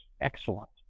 excellent